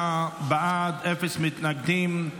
29 בעד, אפס מתנגדים.